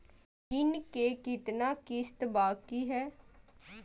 ऋण के कितना किस्त बाकी है?